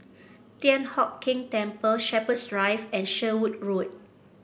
Thian Hock Keng Temple Shepherds Drive and Sherwood Road